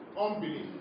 unbelief